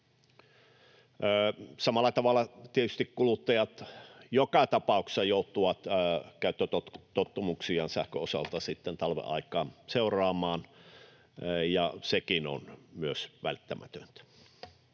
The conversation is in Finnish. Samalla tavalla tietysti kuluttajat joka tapauksessa joutuvat käyttötottumuksiaan sähkön osalta sitten talven aikaan seuraamaan, ja sekin on myös välttämätöntä.